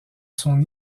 son